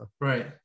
Right